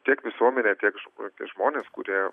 tiek visuomenė tiek žm žmonės kurie